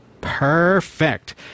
Perfect